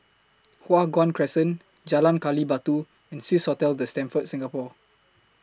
Hua Guan Crescent Jalan Gali Batu and Swissotel The Stamford Singapore